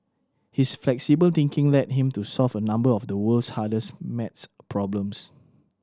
his flexible thinking led him to solve a number of the world's hardest maths problems